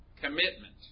commitment